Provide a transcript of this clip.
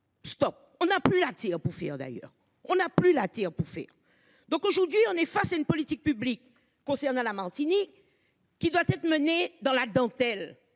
Stop, on a plus bouffée d'ailleurs on n'a plus la attire bouffer. Donc aujourd'hui on est face à une politique publique concernant la Martinique. Qui doit être menée dans la dentelle.